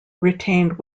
retained